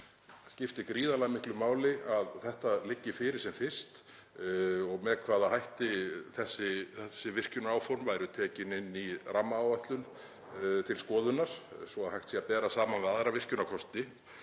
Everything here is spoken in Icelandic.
Það skiptir gríðarlega miklu máli að þetta liggi fyrir sem fyrst og með hvaða hætti þessi virkjunaráform væru tekin inn í rammaáætlun til skoðunar svo að hægt sé að bera saman við aðra virkjunarkosti.